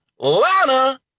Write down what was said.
Lana